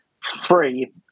free